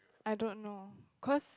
I don't know cause